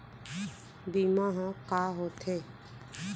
बीमा ह का होथे?